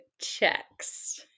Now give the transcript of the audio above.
Checks